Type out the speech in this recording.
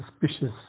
suspicious